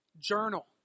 Journal